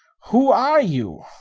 who are you?